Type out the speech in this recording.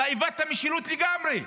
אתה איבדת משילות לגמרי.